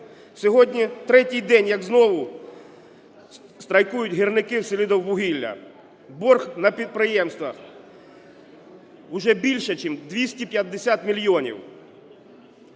Сьогодні третій день, як знову страйкують гірники "Селидіввугілля". Борг на підприємствах уже більше чим 250 мільйонів.